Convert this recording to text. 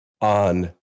on